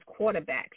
quarterbacks